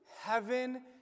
heaven